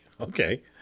Okay